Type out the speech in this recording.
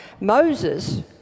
Moses